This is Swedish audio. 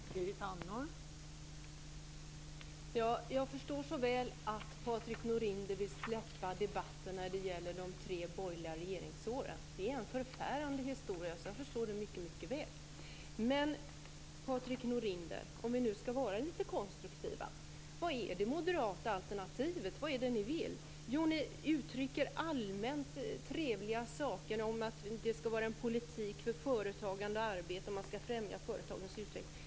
Fru talman! Jag förstår så väl att Patrik Norinder vill släppa debatten när det gäller de tre borgerliga regeringsåren. Det är en förfärande historia, så jag förstår det mycket väl. Låt oss vara litet konstruktiva, Patrik Norinder. Vilket är det moderata alternativet? Vad är det ni vill? Ni uttrycker allmänt trevliga saker om att det skall vara en politik för företagande och arbete och att man skall främja företagens utveckling.